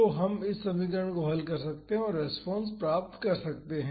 तो हम इस समीकरण को हल कर सकते हैं और रेस्पॉन्स पा सकते हैं